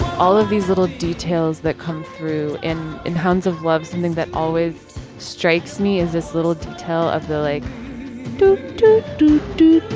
all of these little details that come through in the hands of love, something that always strikes me as this little detail of the like doo doo doo doo